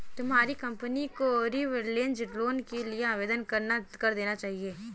तुम्हारी कंपनी को लीवरेज्ड लोन के लिए आवेदन कर देना चाहिए